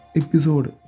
episode